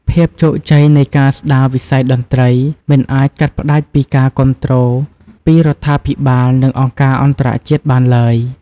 ភាពជោគជ័យនៃការស្តារវិស័យតន្ត្រី មិនអាចកាត់ផ្តាច់ពី ការគាំទ្រពីរដ្ឋាភិបាល និងអង្គការអន្តរជាតិបានទ្បើយ។